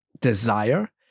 desire